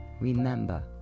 Remember